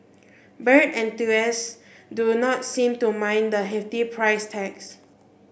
bird enthusiasts do not seem to mind the hefty price tags